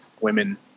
women